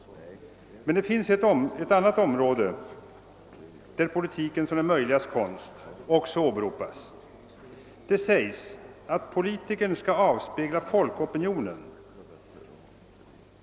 Men det finns ett annat område där politiken som det möjligas konst också åberopas. Det sägs att politikern skall avspegla folkopinionen.